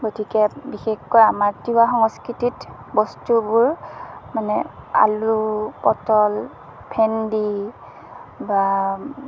গতিকে বিশেষকৈ আমাৰ তিৱা সংস্কৃতিত বস্তুবোৰ মানে আলু পটল ভেণ্ডি বা